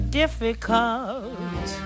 difficult